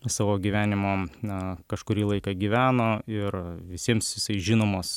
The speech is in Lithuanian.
savo gyvenimo na kažkurį laiką gyveno ir visiems žinomas